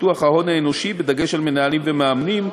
פיתוח ההון האנושי בדגש על מנהלים ומאמנים,